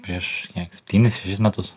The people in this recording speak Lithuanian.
prieš kiek septynis šešis metus